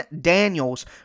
Daniels